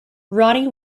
ronnie